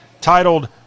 titled